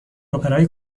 اپرای